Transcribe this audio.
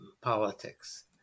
politics